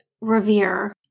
revere